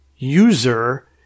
User